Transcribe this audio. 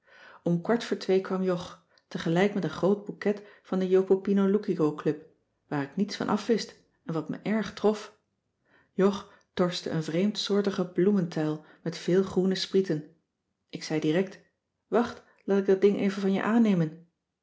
om kwart voor twee kwam jog tegelijk met een groot bouquet van de jopopinoloukicoclub waar ik niets van afwist en wat me erg trof jog torste een vreemdsoortigen bloementuil met veel groene sprieten ik zei direct wacht laat ik dat ding even van je aannemen